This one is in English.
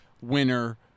winner